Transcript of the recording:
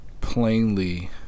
plainly